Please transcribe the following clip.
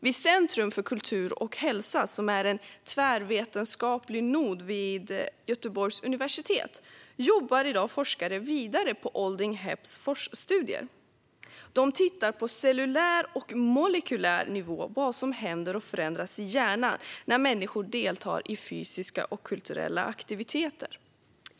Vid Centrum för kultur och hälsa, som är en tvärvetenskaplig nod vid Göteborgs universitet, jobbar i dag forskare vidare på Olding Hebbs studier. De tittar på cellulär och molekylär nivå på vad som händer och förändras i hjärnan när människor deltar i fysiska och kulturella aktiviteter.